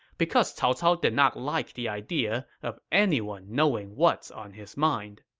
because cao cao did not like the idea of anyone knowing what's on his mind